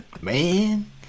Man